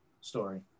story